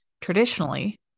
traditionally